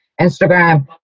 Instagram